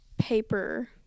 paper